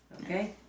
Okay